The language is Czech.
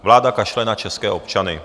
Vláda kašle na české občany.